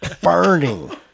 burning